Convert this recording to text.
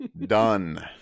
Done